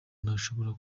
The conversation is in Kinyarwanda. ntashobora